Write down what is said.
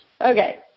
Okay